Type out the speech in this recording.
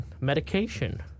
medication